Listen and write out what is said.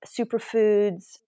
superfoods